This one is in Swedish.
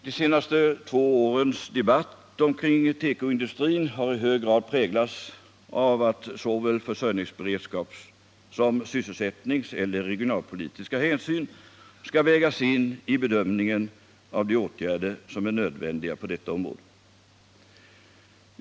De senaste två årens debatt omkring tekoindustrin har i hög grad präglats av att såväl försörjningsberedskapssom sysselsättningsoch regionalpolitiska hänsyn skall vägas in i bedömningen av de åtgärder som är nödvändiga på detta område.